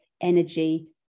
energy